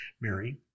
Mary